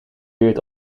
duurt